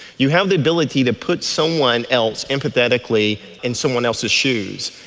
you have the ability to put someone else empathetically in someone else's shoes.